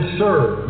serve